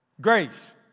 grace